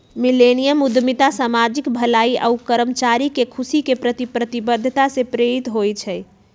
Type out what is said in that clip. millennium उद्यमिता सामाजिक भलाई आऽ कर्मचारी के खुशी के प्रति प्रतिबद्धता से प्रेरित होइ छइ